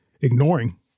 ignoring